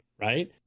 right